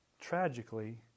Tragically